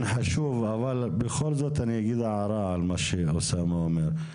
חשוב אבל בכל זאת אני אעיר הערה על מה שאוסאמה אומר.